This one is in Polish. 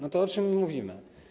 No to o czym my mówimy?